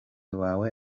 wawe